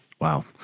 Wow